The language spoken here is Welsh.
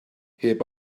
heb